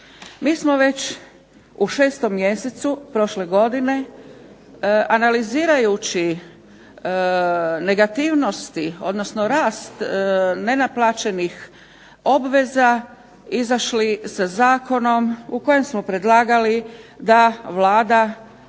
Mi smo već u 6 mjesecu prošle godine analizirajući negativnosti, odnosno rast nenaplaćenih obveza izašli sa zakonom u kojem smo predlagali da Vlada